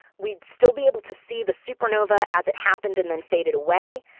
we'd still be able to see the supernova as it happened and then faded away.